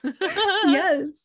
yes